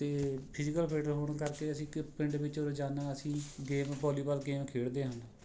ਅਤੇ physical fit ਹੋਣ ਕਰਕੇ ਅਸੀਂ ਇੱਕ ਪਿੰਡ ਵਿੱਚ ਰੋਜ਼ਾਨਾ ਅਸੀਂ ਗੇਮ ਵਾਲੀਬਾਲ ਗੇਮ ਖੇਡਦੇ ਹਨ